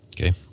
Okay